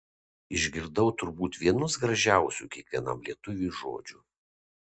išgirdau turbūt vienus gražiausių kiekvienam lietuviui žodžių